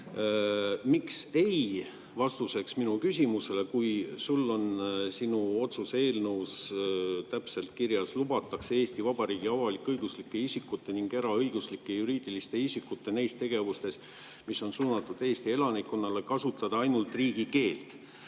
oli "ei" vastus minu küsimusele. Sul on sinu otsuse eelnõus täpselt kirjas: "Lubatakse Eesti Vabariigi avalik-õiguslike isikute ning eraõiguslike juriidiliste isikute neis tegevustes, mis on suunatud Eesti elanikkonnale, kasutada ainult riigikeelt."